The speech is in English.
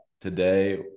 today